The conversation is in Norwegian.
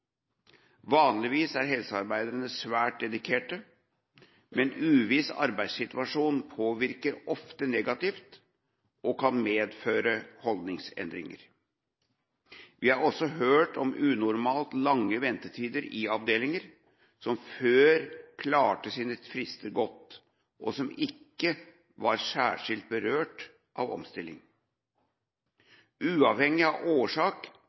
Vanligvis er helsearbeiderne svært dedikerte, men uviss arbeidssituasjon påvirker ofte negativt og kan medføre holdningsendringer. Vi har også hørt om unormalt lange ventetider i avdelinger som før klarte sine frister godt, og som ikke var særskilt berørt av omstilling. Uavhengig av årsak